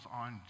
on